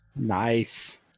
Nice